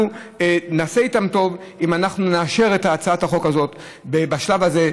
אנחנו נעשה איתן טוב אם אנחנו נאשר את הצעת החוק הזאת בשלב הזה.